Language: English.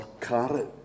Carrot